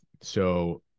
So-